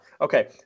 Okay